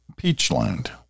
Peachland